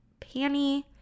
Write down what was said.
panty